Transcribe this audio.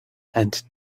and